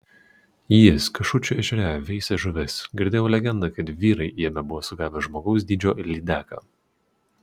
jis kašučių ežere veisė žuvis girdėjau legendą kad vyrai jame buvo sugavę žmogaus dydžio lydeką